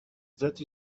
that